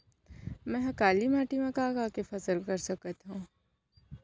मै ह काली माटी मा का का के फसल कर सकत हव?